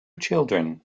children